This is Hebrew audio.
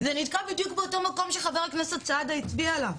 זה נתקע בדיוק באותו מקום שחבר הכנסת סעדי הצביע עליו,